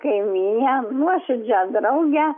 kaimynę nuoširdžią draugę